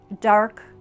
dark